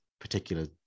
particular